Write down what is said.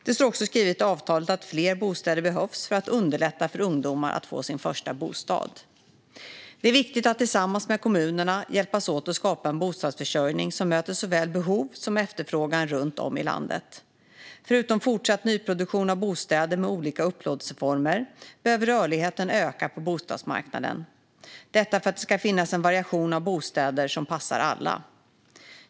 Det står också skrivet i avtalet att fler bostäder behövs för att underlätta för ungdomar att få sin första bostad. Det är viktigt att tillsammans med kommunerna hjälpas åt att skapa en bostadsförsörjning som möter såväl behov som efterfrågan runt om i landet. Förutom fortsatt nyproduktion av bostäder med olika upplåtelseformer behöver rörligheten öka på bostadsmarknaden, detta för att det ska finnas en variation av bostäder som passar alla.